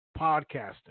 podcasting